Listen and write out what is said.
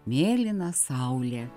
mėlyna saulė